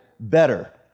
better